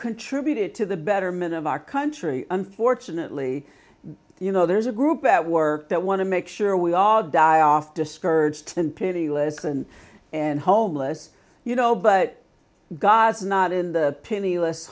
contributed to the betterment of our country unfortunately you know there's a group at work that want to make sure we all die off discouraged and pity listen and homeless you know but god's not in the p